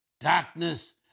darkness